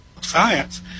science